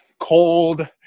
Cold